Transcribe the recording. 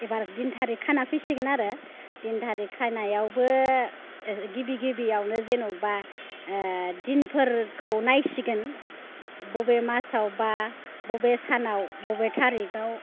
एबार दिन थारिग खाना फैसिगोन आरो दिन थारिग खानायावबो गिबि गिबियावनो जेनेबा दिनफोरखौ नायसिगोन बबे मासाव बा बबे सानाव बबे थारिगआव